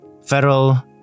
federal